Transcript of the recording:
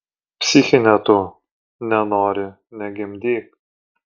psichine tu nenori negimdyk